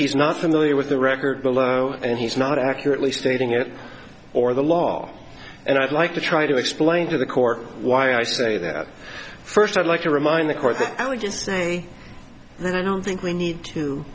he's not familiar with the record and he's not accurately stating it or the law and i'd like to try to explain to the court why i say that first i'd like to remind the court that i would just say that i don't think we need to